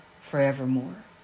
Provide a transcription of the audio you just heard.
forevermore